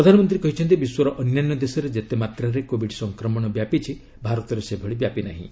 ପ୍ରଧାନମନ୍ତ୍ରୀ କହିଛନ୍ତି ବିଶ୍ୱର ଅନ୍ୟାନ୍ୟ ଦେଶରେ ଯେତେ ମାତ୍ରାରେ କୋବିଡ୍ ସଂକ୍ରମଣ ବ୍ୟାପିଛି ଭାରତରେ ସେଭଳି ବ୍ୟାପି ନାହିଁ